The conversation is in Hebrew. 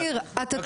אופיר אתה